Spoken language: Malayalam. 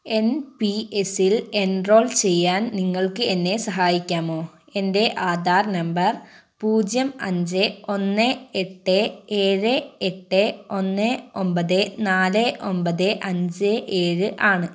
എൻ പി എസ്സിൽ എൻറോൾ ചെയ്യാൻ നിങ്ങൾക്ക് എന്നെ സഹായിക്കാമോ എൻ്റെ ആധാർ നമ്പർ പൂജ്യം അഞ്ച് ഒന്ന് എട്ട് ഏഴ് എട്ട് ഒന്ന് ഒൻപത് നാല് ഒൻപത് അഞ്ച് ഏഴ് ആണ്